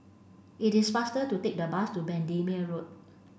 it is faster to take the bus to Bendemeer Road